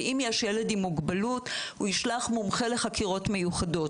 ואם יש ילד עם מוגבלות הוא ישלח מומחה לחקירות מיוחדות,